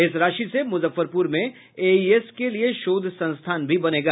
इस राशि से मुजफ्फरपुर में एईएस के लिए शोध संस्थान भी बनेगा